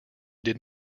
did